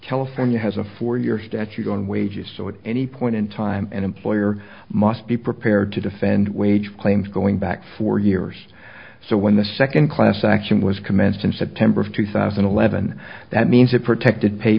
california has a four year statute on wages so at any point in time an employer must be prepared to defend wage claims going back four years so when the second class action was commenced in september of two thousand and eleven that means that protected pay